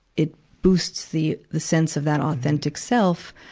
it boosts the, the sense of that authentic self,